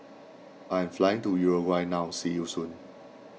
I am flying to Uruguay now see you soon